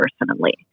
personally